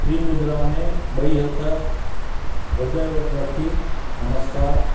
T मुद्रा में ॿई हथ ह्रदय वटि रखी नमस्कार